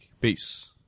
peace